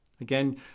Again